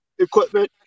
equipment